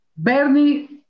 Bernie